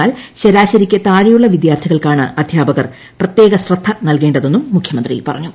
എന്നാൽ ശരാശരിയ്ക്ക് താഴെയുള്ള വിദ്യാർത്ഥികൾക്കാണ് അദ്ധ്യാപകർ പ്രത്യേക ശ്രദ്ധ നൽകേണ്ടതെന്നും മുഖ്യമന്ത്രി പറഞ്ഞു